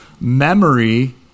memory